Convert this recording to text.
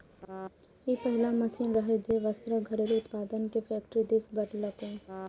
ई पहिल मशीन रहै, जे वस्त्रक घरेलू उत्पादन कें फैक्टरी दिस बढ़ेलकै